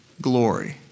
glory